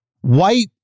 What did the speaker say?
white